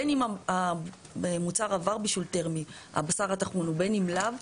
בין אם הבשר עבר בישול תרמי ובין אם לאו,